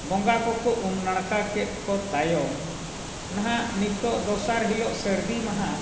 ᱵᱚᱸᱜᱟ ᱠᱚᱠᱚ ᱩᱢ ᱱᱟᱲᱠᱟ ᱠᱮᱫ ᱠᱚ ᱛᱟᱭᱚᱢ ᱱᱟᱜ ᱱᱤᱛᱳᱜ ᱫᱚᱥᱟᱨ ᱦᱤᱞᱳᱜ ᱥᱟᱹᱨᱫᱤ ᱢᱟᱦᱟ